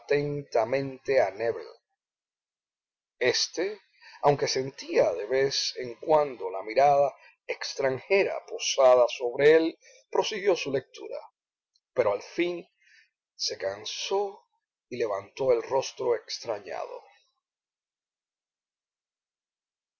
a nébel este aunque sentía de vez en cuando la mirada extranjera posada sobre él prosiguió su lectura pero al fin se cansó y levantó el rostro extrañado